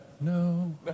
no